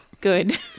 Good